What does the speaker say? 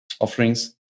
offerings